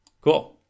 Cool